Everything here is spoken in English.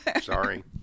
Sorry